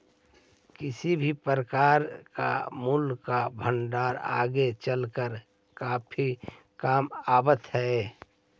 किसी भी प्रकार का मूल्य का भंडार आगे चलकर काफी काम आईतई